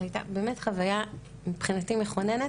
זו הייתה באמת חוויה מבחינתי מכוננת,